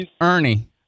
Ernie